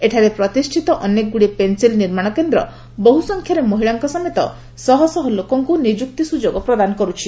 ଏଠାରେ ପ୍ରତିଷ୍ଠିତ ଅନେକଗୁଡ଼ିଏ ପେନସିଲ୍ ନିର୍ମାଣ କେନ୍ଦ୍ର ବହୁସଂଖ୍ୟାରେ ମହିଳାଙ୍କ ସମେତ ଶହଶହ ଲୋକଙ୍କୁ ନିଯୁକ୍ତି ସୁଯୋଗ ପ୍ରଦାନ କରୁଛି